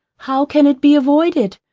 how can it be avoided?